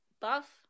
buff